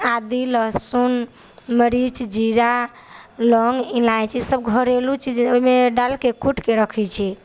आदि लहसुन मरीच जीरा लौङ्ग इलायची सब घरेलू चीज ओहिमे डालके कूटके रखैत छी